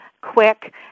quick